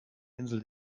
insel